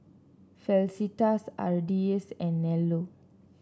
Felicitas Ardyce and Nello